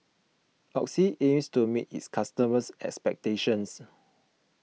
Oxy aims to meet its customers' expectations